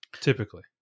typically